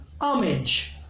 homage